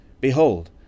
Behold